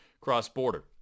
cross-border